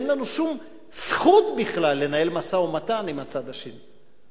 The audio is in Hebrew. אין לנו שום זכות בכלל לנהל משא-ומתן עם הצד השני.